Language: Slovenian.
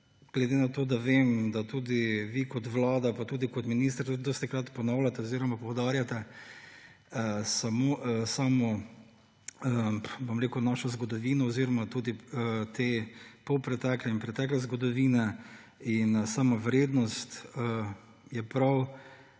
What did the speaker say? glede na to, da vem, da tudi vi kot Vlada pa tudi kot minister tudi dostikrat ponavljate oziroma poudarjate samo našo zgodovino oziroma tudi te polpretekle in pretekle zgodovine in samo vrednost, je prav,